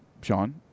sean